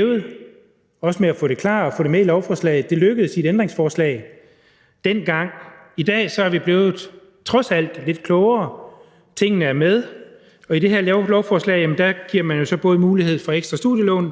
og også om at få det gjort klart og få det med i lovforslaget. Det lykkedes dengang i form af et ændringsforslag. I dag er vi trods alt blevet lidt klogere. Tingene er med, og i det her lovforslag giver man jo både mulighed for ekstra studielån